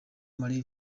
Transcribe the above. mari